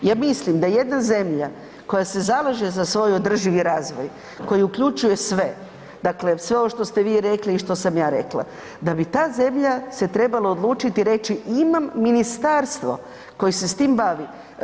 Ja mislim da jedna zemlja koja se zalaže za svoj održivi razvoj koji uključuje sve, dakle sve ovo što ste vi rekli i što sam ja rekla, da bi se ta zemlja trebala odlučiti i reći imam ministarstvo koje se s tim bavi.